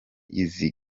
izi